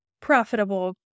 profitable